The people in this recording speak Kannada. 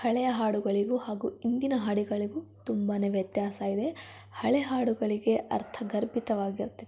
ಹಳೆಯ ಹಾಡುಗಳಿಗೂ ಹಾಗೂ ಇಂದಿನ ಹಾಡುಗಳಿಗೂ ತುಂಬಾ ವ್ಯತ್ಯಾಸ ಇದೆ ಹಳೆ ಹಾಡುಗಳಿಗೆ ಅರ್ಥಗರ್ಭಿತವಾಗಿರ್ತಿತ್ತು